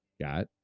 got